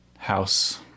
house